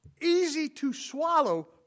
easy-to-swallow